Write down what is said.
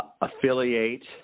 affiliate